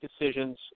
decisions